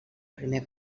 primer